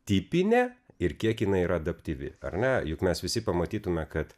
tipinė ir kiek jinai yra adaptyvi ar ne juk mes visi pamatytume kad